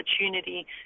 opportunity